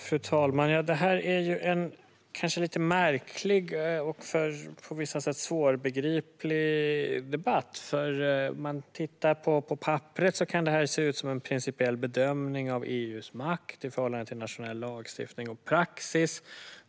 Fru talman! Detta är en kanske lite märklig och på vissa sätt svårbegriplig debatt. På papperet kan detta se ut som en principiell bedömning av EU:s makt i förhållande till nationell lagstiftning och praxis.